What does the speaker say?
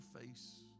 face